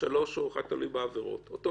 אם